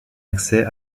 accès